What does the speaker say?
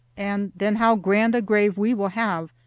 and then how grand a grave we will have,